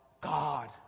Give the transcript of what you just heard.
God